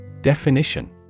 Definition